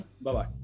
Bye-bye